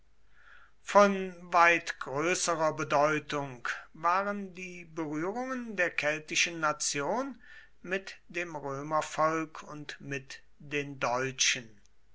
von weit größerer bedeutung waren die berührungen der keltischen nation mit dem römervolk und mit den deutschen